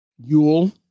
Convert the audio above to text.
Yule